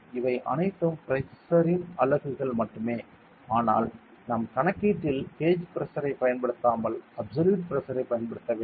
இவை அனைத்தும் பிரஷர் இன் அலகுகள் மட்டுமே ஆனால் நாம் கணக்கீட்டில் கேஜ் பிரஷர் ஐ பயன்படுத்தாமல் அப்சல்யூட் பிரஷரை பயன்படுத்த வேண்டும்